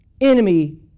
enemy